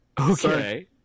Okay